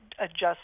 adjust